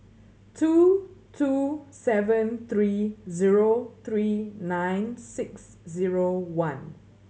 two two seven three zero three nine six zero one